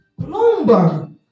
Bloomberg